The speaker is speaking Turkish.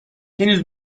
henüz